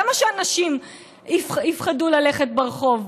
למה שהנשים יפחדו ללכת ברחוב?